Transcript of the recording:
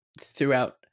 throughout